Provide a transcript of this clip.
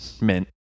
mint